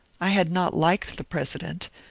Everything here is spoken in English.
i had not liked the president,